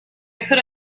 could